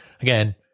again